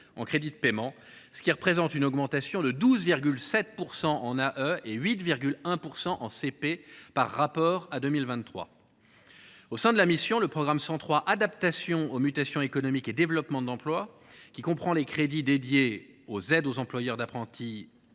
en crédits de paiement (CP), ce qui représente une augmentation de 12,7 % en AE et 8,1 % en CP par rapport à 2023. Au sein de la mission, le programme 103, « Accompagnement des mutations économiques et développement de l’emploi », qui comprend les crédits dédiés aux aides aux employeurs d’apprentis